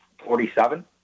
Forty-seven